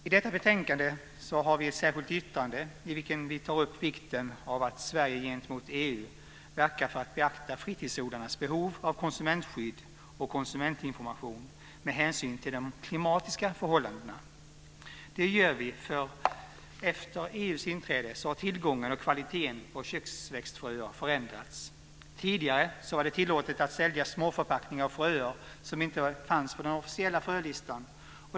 I detta betänkande har vi ett särskilt yttrande där vi tar upp vikten av att Sverige gentemot EU verkar för att beakta fritidsodlarnas behov av konsumentskydd och konsumentinformation med hänsyn till de klimatiska förhållandena. Det gör vi därför att efter EU-inträdet har tillgången till och kvaliteten på köksväxtsfröer förändrats. Tidigare var det tillåtet att sälja småförpackningar av fröer som inte fanns med på den officiella frölistan.